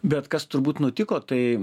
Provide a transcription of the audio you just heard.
bet kas turbūt nutiko tai